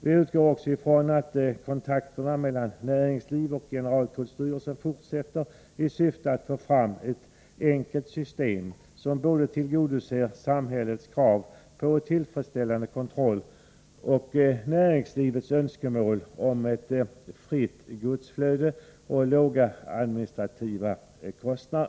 Vi utgår även från att kontakterna mellan näringslivet och generaltullstyrelsen fortsätter, i syfte att få fram ett enkelt system som både tillgodoser samhällets krav på en tillfredsställande kontroll och näringslivets önskemål om ett fritt godsflöde och låga administrativa kostnader.